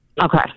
Okay